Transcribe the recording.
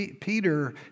Peter